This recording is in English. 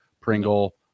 Pringle